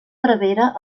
prevere